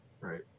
Right